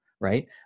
Right